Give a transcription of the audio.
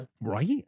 Right